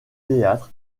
théâtre